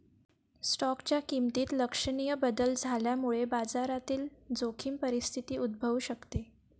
स्टॉकच्या किमतीत लक्षणीय बदल झाल्यामुळे बाजारातील जोखीम परिस्थिती उद्भवू शकते